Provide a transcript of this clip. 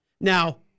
Now